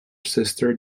sister